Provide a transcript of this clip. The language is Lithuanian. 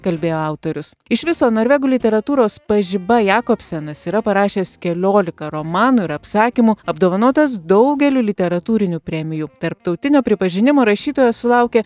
kalbėjo autorius iš viso norvegų literatūros pažiba jakobsenas yra parašęs keliolika romanų ir apsakymų apdovanotas daugeliu literatūrinių premijų tarptautinio pripažinimo rašytojas sulaukė